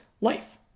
life